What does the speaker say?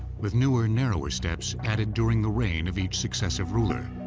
with newer, narrower steps added during the reign of each successive ruler.